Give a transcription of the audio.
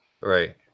right